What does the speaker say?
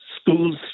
schools